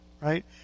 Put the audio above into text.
Right